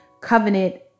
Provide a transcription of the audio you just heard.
covenant